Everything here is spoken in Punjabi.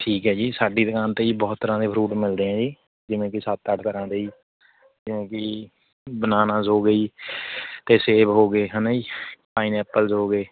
ਠੀਕ ਹੈ ਜੀ ਸਾਡੀ ਦੁਕਾਨ 'ਤੇ ਜੀ ਬਹੁਤ ਤਰ੍ਹਾਂ ਦੇ ਫ਼ਰੂਟ ਮਿਲਦੇ ਹੈ ਜੀ ਜਿਵੇਂ ਕਿ ਸੱਤ ਅੱਠ ਤਰ੍ਹਾਂ ਦੇ ਜੀ ਜਿਵੇਂ ਕਿ ਬਨਾਨਾਸ ਹੋ ਗਏ ਜੀ ਅਤੇ ਸੇਬ ਹੋ ਗਏ ਹੈ ਨਾ ਜੀ ਪਾਈਨਐਪਲਜ਼ ਹੋ ਗਏ